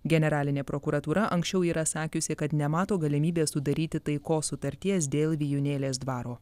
generalinė prokuratūra anksčiau yra sakiusi kad nemato galimybės sudaryti taikos sutarties dėl vijūnėlės dvaro